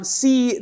see